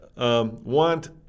Want